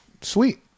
sweet